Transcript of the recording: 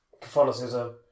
Catholicism